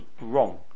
wrong